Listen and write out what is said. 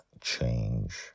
change